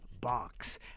box